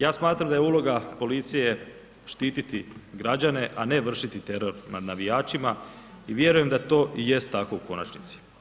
Ja smatram da je uloga policije štititi građane, a ne vršiti teror nad navijačima i vjerujem da to i jest tako u konačnici.